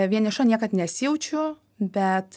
vieniša niekad nesijaučiu bet